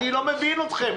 אני לא מבין אתכם.